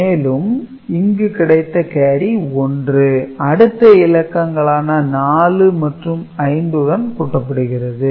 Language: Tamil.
மேலும் இங்கு கிடைத்த கேரி 1 அடுத்த இலக்கங்களான 4 மற்றும் 5 உடன் கூட்டப்படுகிறது